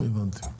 הבנתי.